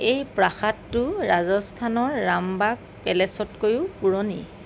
এই প্ৰাসাদটো ৰাজস্থানৰ ৰামবাগ পেলেছতকৈও পুৰণি